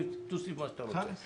תוסיף מה שאתה רוצה.